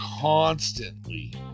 constantly